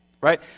right